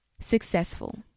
successful